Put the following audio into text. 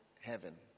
heaven